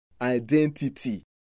identity